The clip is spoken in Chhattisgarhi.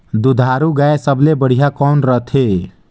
दुधारू गाय सबले बढ़िया कौन रथे?